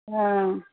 ஆ